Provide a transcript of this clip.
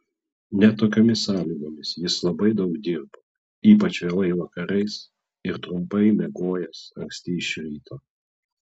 net tokiomis sąlygomis jis labai daug dirbo ypač vėlai vakarais ir trumpai miegojęs anksti iš ryto